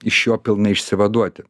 iš jo pilnai išsivaduoti